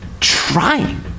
Trying